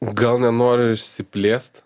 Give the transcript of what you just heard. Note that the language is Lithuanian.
gal nenoriu išsiplėst